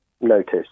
notice